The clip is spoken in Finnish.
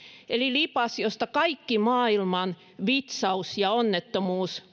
eli lipas josta kaikki maailman vitsaus ja onnettomuus